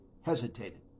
hesitated